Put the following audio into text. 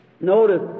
Notice